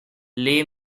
lay